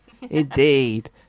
Indeed